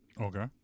Okay